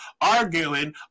arguing